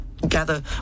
Gather